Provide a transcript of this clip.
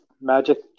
magic